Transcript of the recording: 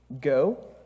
Go